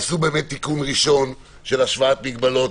עשו תיקון ראשון של השוואת מגבלות.